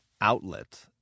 outlet